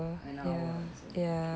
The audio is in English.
an hour is it okay